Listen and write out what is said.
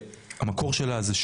שהמקור שלה הוא,